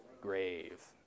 grave